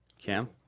Cam